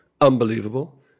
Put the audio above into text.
unbelievable